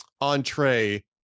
entree